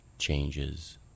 changes